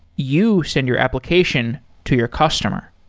you send your application to your customer